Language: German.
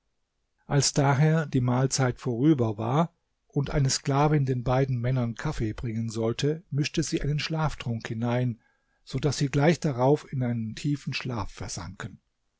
als daher die mahlzeit vorüber war und eine sklavin den beiden männern kaffee bringen sollte mischte sie einen schlaftrunk hinein so daß sie gleich darauf in einen tiefen schlaf versanken